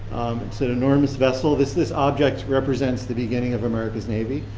it's an enormous vessel. this this object represents the beginning of america's navy.